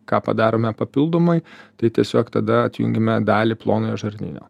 ką padarome papildomai tai tiesiog tada atjungiame dalį plonojo žarnyno